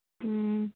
ꯎꯝ